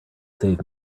save